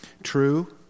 true